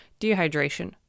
dehydration